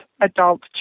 adult